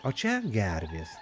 o čia gervės